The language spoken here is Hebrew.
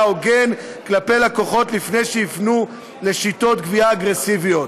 הוגן כלפי לקוחות לפני שיפנו לשיטות גבייה אגרסיביות.